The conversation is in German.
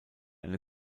eine